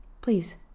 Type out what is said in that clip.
Please